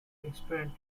expand